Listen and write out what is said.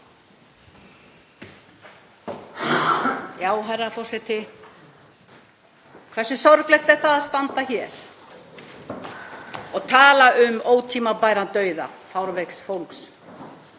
Herra forseti. Hversu sorglegt er að standa hér og tala um ótímabæran dauða fárveiks fólks